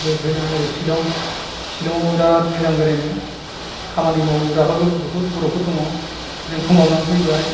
ओमफ्राय फैनानै ओरै शिलं शिलंआव बिराद मोजां बेरायनो खामानि मावग्राफोरबो बुहुद बर'फोर दङ जोंबो मावनानै फैबाय